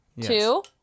two